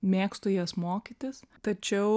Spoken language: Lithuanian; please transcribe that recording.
mėgstu jas mokytis tačiau